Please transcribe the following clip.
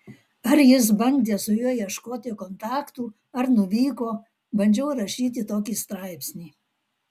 ar jis bandė su juo ieškoti kontaktų ar nuvyko bandžiau rašyti tokį straipsnį